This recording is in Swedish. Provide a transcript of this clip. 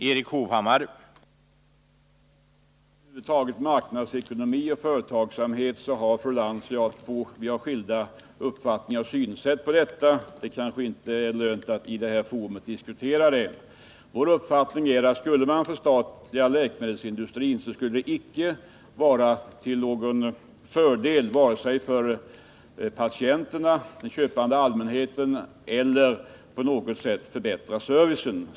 Herr talman! När det gäller marknadsekonomi och företagsamhet har fru Lantz och jag skilda uppfattningar och synsätt. Det kanske inte är lönt att diskutera detta med fru Lantz i detta forum. Vår uppfattning är att om man skulle förstatliga läkemedelsindustrin skulle det inte vara till fördel för vare sig patienterna eller den köpande allmänheten, och det skulle inte heller på något sätt förbättra servicen.